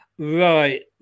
Right